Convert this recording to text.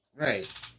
Right